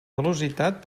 velocitat